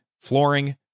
flooring